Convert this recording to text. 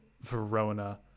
Verona